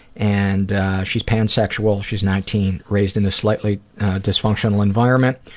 and she's pansexual. she's nineteen. raised in a slightly dysfunctional environment.